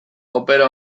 opera